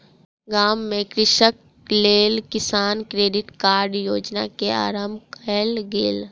गाम में कृषकक लेल किसान क्रेडिट कार्ड योजना के आरम्भ कयल गेल